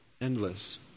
endless